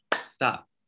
stop